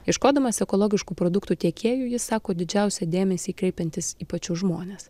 ieškodamas ekologiškų produktų tiekėjų jis sako didžiausią dėmesį kreipiantis į pačius žmones